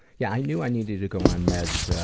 yeah, i knew i needed to go on meds